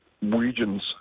regions